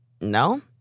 no